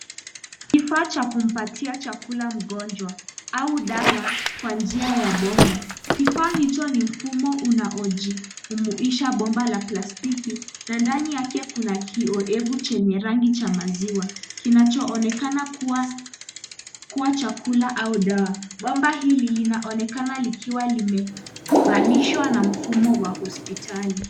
Kifaa cha kumpatia chakula mgonjwa au dawa kwa njia ya bomba. Kifaa hicho ni mfumo unaojumuisha bomba la plastiki, na ndani yake kuna kioevu chenye rangi cha maziwa, kinachoonekana kuwa chakula au dawa. Bomba hili linaonekana likiwa limeunganishwa na mfumo wa hospitali.